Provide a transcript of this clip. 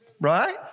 right